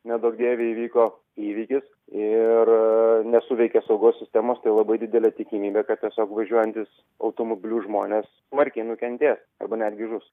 neduok dieve įvyko įvykis ir nesuveikė saugos sistemos tai labai didelė tikimybė kad tiesiog važiuojantys automobiliu žmonės smarkiai nukentės arba netgi žus